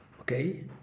okay